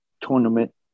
tournament